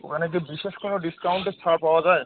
ওখানে কি বিশেষ কোনো ডিস্কাউন্টের ছাড় পাওয়া যায়